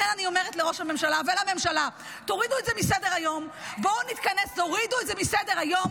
לכן אני אומרת לראש הממשלה ולממשלה: תורידו את זה מסדר-היום.